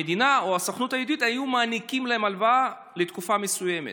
המדינה או הסוכנות היהודית היו מעניקים להם הלוואה לתקופה מסוימת.